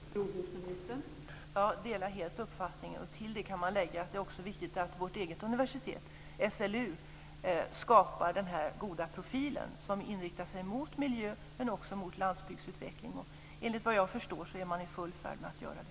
Fru talman! Jag delar helt den uppfattningen. Till det kan man lägga att det också är viktigt att vårt eget universitet, SLU, skapar den här goda profilen som inriktar sig på miljö men också på landsbygdsutveckling. Enligt vad jag förstår är man i full färd med att göra det.